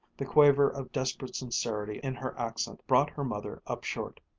the quaver of desperate sincerity in her accent, brought her mother up short.